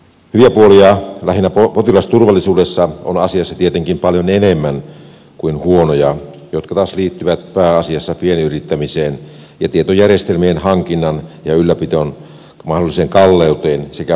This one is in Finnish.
hyviä puolia lähinnä potilasturvallisuudessa on asiassa tietenkin paljon enemmän kuin huonoja jotka taas liittyvät pääasiassa pienyrittämiseen ja tietojärjestelmien hankinnan ja ylläpidon mahdolliseen kalleuteen sekä mobiiliin asiakaspalveluun